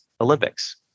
Olympics